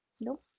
Nope